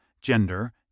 gender